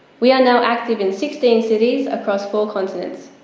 we are now active in sixteen cities across four continents.